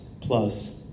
plus